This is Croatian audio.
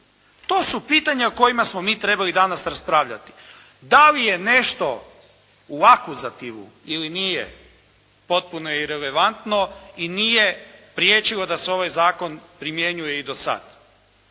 To su pitanja o kojima smo mi trebali danas raspravljati. Da li je nešto u akuzativu ili nije, potpuno je irelevantno i nije priječilo da se ovaj zakon primjenjuje i do sada.